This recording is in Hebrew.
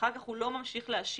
ואחר כך הוא לא ממשיך להשיב.